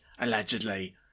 allegedly